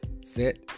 set